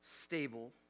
stable